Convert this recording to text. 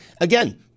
again